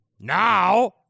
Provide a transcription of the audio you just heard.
now